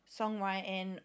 songwriting